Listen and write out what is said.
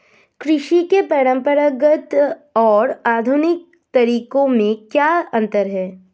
कृषि के परंपरागत और आधुनिक तरीकों में क्या अंतर है?